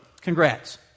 Congrats